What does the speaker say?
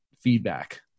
feedback